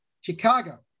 Chicago